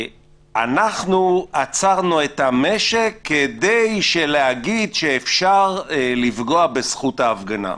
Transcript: אנחנו עצרנו את המשק כדי להגיד שאפשר לפגוע בזכות ההפגנה.